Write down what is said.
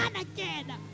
again